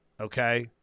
okay